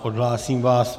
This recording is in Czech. Odhlásím vás.